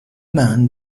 man